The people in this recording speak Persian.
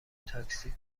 تاکسی